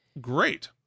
great